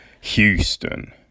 Houston